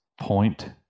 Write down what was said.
point